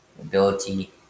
ability